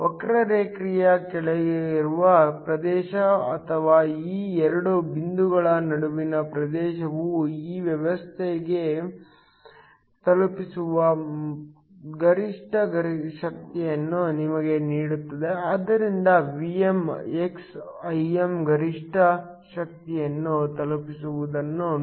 ವಕ್ರರೇಖೆಯ ಕೆಳಗಿರುವ ಪ್ರದೇಶ ಅಥವಾ ಈ ಎರಡು ಬಿಂದುಗಳ ನಡುವಿನ ಪ್ರದೇಶವು ಈ ವ್ಯವಸ್ಥೆಗೆ ತಲುಪಿಸುವ ಗರಿಷ್ಠ ಶಕ್ತಿಯನ್ನು ನಿಮಗೆ ನೀಡುತ್ತದೆ ಆದ್ದರಿಂದ Vm x Im ಗರಿಷ್ಠ ಶಕ್ತಿಯನ್ನು ತಲುಪಿಸುವುದನ್ನು ನೋಡಿ